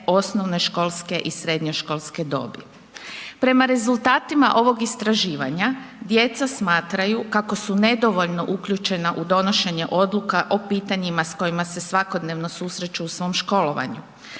osnovno školske i srednjoškolske dobi. Prema rezultatima ovog istraživanja djeca smatraju kako su nedovoljno uključena u donošenje odluka o pitanjima s kojima se svakodnevno susreću u svom školovanju,